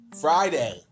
Friday